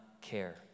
care